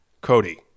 Cody